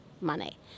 money